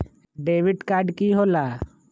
Debit card की होला?